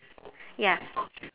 ya